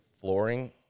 Flooring